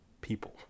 people